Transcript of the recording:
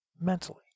mentally